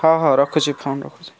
ହଁ ହଁ ରଖୁଛି ଫୋନ୍ ରଖୁଛି